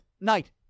night